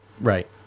Right